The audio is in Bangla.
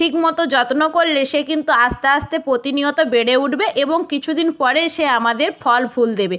ঠিক মতো যত্ন করলে সে কিন্তু আস্তে আস্তে প্রতিনিয়ত বেড়ে উঠবে এবং কিছু দিন পরে সে আমাদের ফল ফুল দেবে